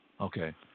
Okay